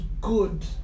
good